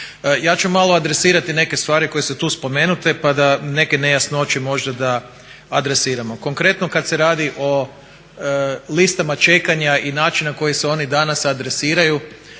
Ja ću malo adresirati neke stvari koje su tu spomenute pa da neke nejasnoće možda da adresiramo. Konkretno kada se radi o listama čekanja i način na koji se oni danas adresiraju